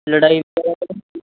ਲੜਾਈ